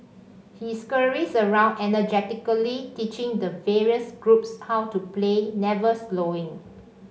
he scurries around energetically teaching the various groups how to play never slowing